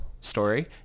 story